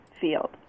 field